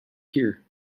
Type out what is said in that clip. here